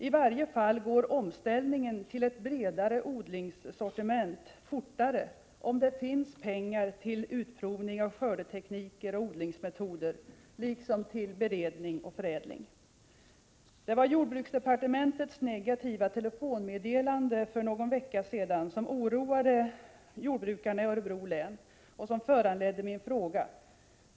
I varje fall går omställningen till ett bredare odlingssortiment fortare om det finns pengar till utprovning av skördetekniker och odlingsmetoder, liksom till beredning och förädling. Det var jordbruksdepartementets negativa telefonmeddelande för någon vecka sedan som oroade jordbrukarna i Örebro län och som föranledde min fråga.